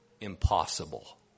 Impossible